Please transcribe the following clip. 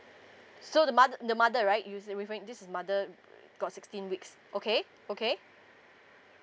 so the moth~ the mother right you is referring this mother err got sixteen weeks okay okay